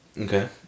Okay